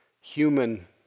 human